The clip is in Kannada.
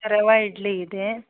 ರವಾ ಇಡ್ಲಿ ಇದೆ